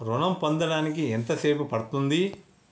ఋణం పొందడానికి ఎంత సేపు పడ్తుంది?